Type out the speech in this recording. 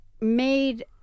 made